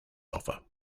offer